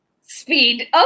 Speed